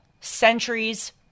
centuries